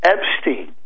Epstein